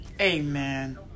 Amen